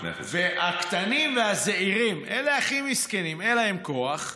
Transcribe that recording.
הקטנים והזעירים, אלה הכי מסכנים, אין להם כוח.